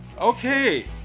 okay